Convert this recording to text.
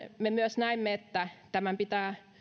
me myös näimme että tämän pitää